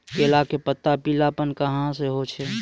केला के पत्ता पीलापन कहना हो छै?